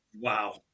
Wow